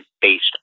based